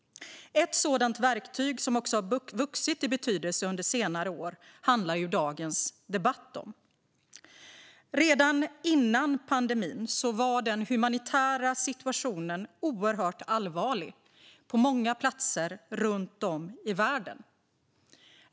Ett sådant verktyg, som har vuxit i betydelse under senare år, handlar dagens debatt om. Redan före pandemin var den humanitära situationen oerhört allvarlig på många platser runt om i världen.